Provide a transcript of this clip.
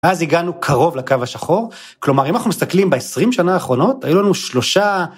אז הגענו קרוב לקו השחור, כלומר, אם אנחנו מסתכלים ב-20 שנה האחרונות, הייתה לנו שלושה...